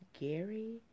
Gary